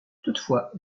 toutefois